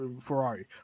Ferrari